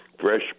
fresh